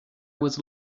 was